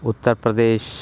उत्तरप्रदेशः